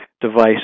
device